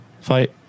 fight